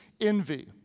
envy